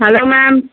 hello ma'am